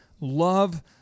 love